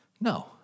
No